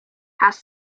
has